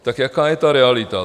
Tak jaká je ta realita?